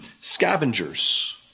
scavengers